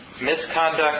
Misconduct